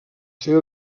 seva